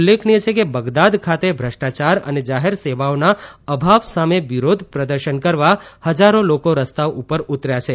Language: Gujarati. ઉલ્લેખનીય છે કે બગદાદ ખાતે ભ્રષ્ટાયાર અને જાહેર સેવાઓના અભાવ સામે વિરોધ પ્રદર્શન કરવા હજારો લોકો રસ્તા ઉપર ઉતર્યા છે